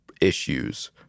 issues